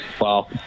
Wow